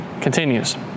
Continues